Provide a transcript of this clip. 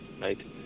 right